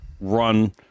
run